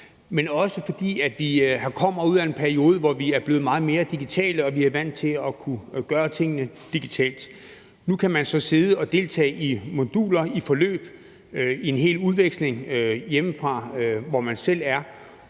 og også fordi vi kommer ud af en periode, hvor vi er blevet meget mere digitale og vant til at kunne gøre tingene digitalt. Nu kan man så sidde og deltage i moduler, i forløb, i en hel udveksling hjemmefra, hvor man selv er